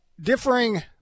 differing